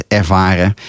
ervaren